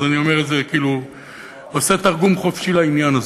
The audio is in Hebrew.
אז אני עושה תרגום חופשי לעניין הזה.